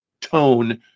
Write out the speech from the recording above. tone